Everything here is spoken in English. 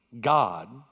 God